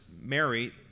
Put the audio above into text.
Mary